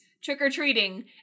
Trick-or-treating